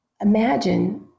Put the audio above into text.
Imagine